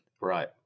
Right